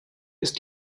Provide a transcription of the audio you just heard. ist